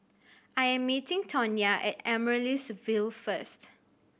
I am meeting Tonya at Amaryllis Ville first